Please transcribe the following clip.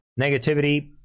negativity